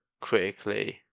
critically